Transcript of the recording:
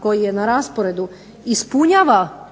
koji je na rasporedu ispunjava